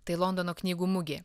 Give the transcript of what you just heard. tai londono knygų mugė